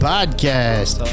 Podcast